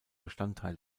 bestandteil